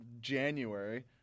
January